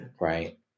Right